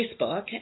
facebook